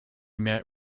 met